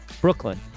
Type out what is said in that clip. Brooklyn